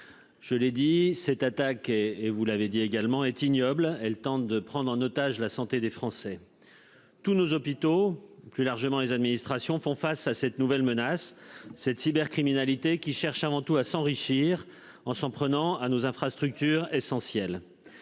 Je l'ai dit, cette attaque et et vous l'avez dit également être ignoble elle tente de prendre en otage la santé des Français. Tous nos hôpitaux plus largement les administrations font face à cette nouvelle menace cette cybercriminalité qui cherche avant tout à s'enrichir en s'en prenant à nos infrastructures essentielles.